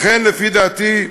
לכן, לפי דעתי,